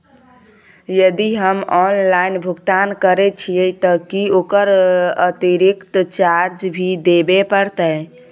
यदि हम ऑनलाइन भुगतान करे छिये त की ओकर अतिरिक्त चार्ज भी देबे परतै?